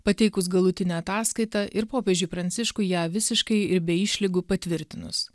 pateikus galutinę ataskaitą ir popiežiui pranciškui ją visiškai ir be išlygų patvirtinus